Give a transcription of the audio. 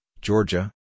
Georgia